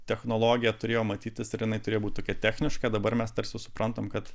technologija turėjo matytis ir jinai turėjo būti tokia techniška dabar mes tarsi suprantam kad